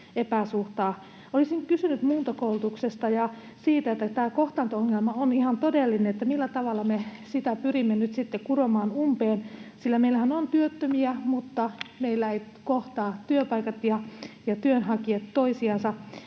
Olisin kysynyt muuntokoulutuksesta ja siitä, että kun tämä kohtaanto-ongelma on ihan todellinen, millä tavalla me sitä pyrimme nyt sitten kuromaan umpeen, sillä meillähän on työttömiä, mutta meillä eivät kohtaa työpaikat ja työnhakijat toisiansa.